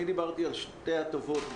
אני דיברתי על שתי הטבות.